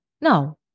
No